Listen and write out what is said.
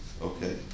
Okay